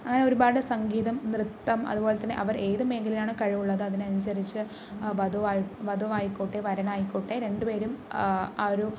അങ്ങനെ ഒരുപാട് സംഗീതം നൃത്തം അതുപോലെ തന്നെ അവര് ഏതു മേഖലയിലാണോ കഴിവുള്ളത് അതിനനുസരിച്ച് ആ വധു ആയി വധു ആയിക്കോട്ടെ വരനായിക്കോട്ടേ രണ്ടുപേരും ആ ഒരു